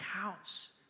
counts